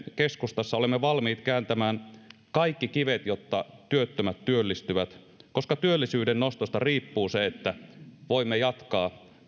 keskustassa olemme valmiit kääntämään kaikki kivet jotta työttömät työllistyvät koska työllisyyden nostosta riippuu se että voimme jatkaa